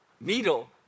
needle